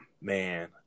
man